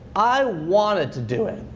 i wanted to do it.